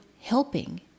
helping